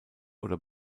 oder